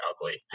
ugly